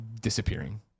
disappearing